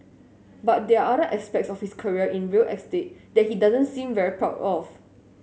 but there are other aspects of his career in real estate that he doesn't seem very proud of